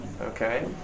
Okay